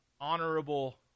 honorable